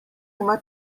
ima